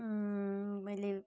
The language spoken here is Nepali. मैले